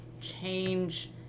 change